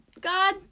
God